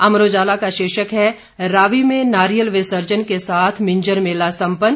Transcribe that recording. अमर उजाला का शीर्षक है रावी में नारियल विसर्जन के साथ मिंजर मेला सम्पन्न